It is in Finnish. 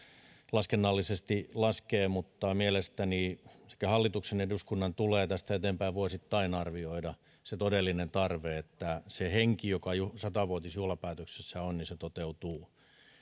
laskennallisesti laskee mutta mielestäni sekä hallituksen että eduskunnan tulee tästä eteenpäin vuosittain arvioida se todellinen tarve että se henki joka jo sata vuotisjuhlapäätöksessä on toteutuu